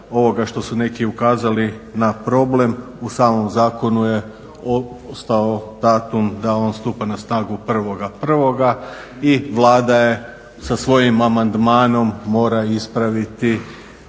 ovoga što su neki ukazali na problem. u samom zakonu je ostao datum da on stupa na snagu 1.1. i Vlada sa svojim amandmanom mora ispraviti